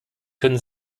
können